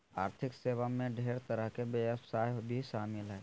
आर्थिक सेवा मे ढेर तरह के व्यवसाय भी शामिल हय